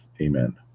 Amen